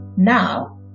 Now